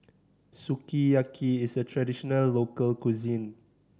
sukiyaki is a traditional local cuisine